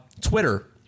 Twitter